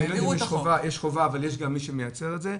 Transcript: יש חובה, אבל יש גם מי שמייצר את זה.